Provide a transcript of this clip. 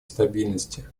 стабильности